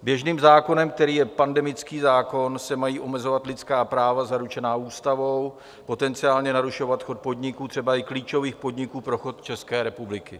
Běžným zákonem, kterým je pandemický zákon, se mají omezovat lidská práva zaručená ústavou, potenciálně narušovat chod podniků, třeba i klíčových podniků pro chod České republiky.